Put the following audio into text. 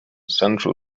central